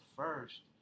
first